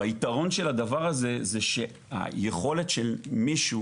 והיתרון של הדבר הזה זה שהיכולת של מישהו